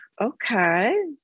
okay